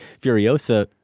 Furiosa